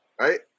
right